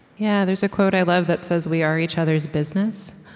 yeah there's a quote i love that says, we are each other's business.